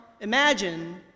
imagine